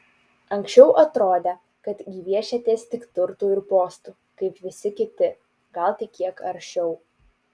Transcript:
anksčiau atrodė kad gviešiatės tik turtų ir postų kaip visi kiti gal tik kiek aršiau